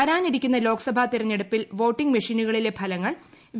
വരാനിരിക്കുന്ന ലോക്സഭാ തിരഞ്ഞെടുപ്പിൽ വോട്ടിംഗ് മെഷീനുകളിലെ ഫലങ്ങൾ പി